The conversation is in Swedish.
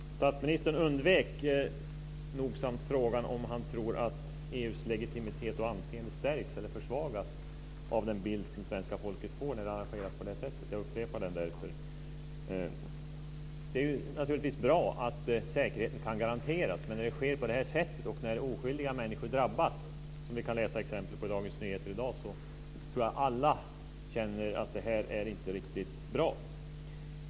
Fru talman! Statsministern undvek nogsamt frågan om han tror att EU:s legitimitet och anseende stärks eller försvagas av den bild som svenska folket får när toppmötet arrangeras så här. Jag upprepar den därför. Naturligtvis är det bra att säkerheten kan garanteras. Men när det sker så att oskyldiga människor drabbas, som vi kan läsa om i Dagens Nyheter i dag, känner alla att det inte är riktigt bra.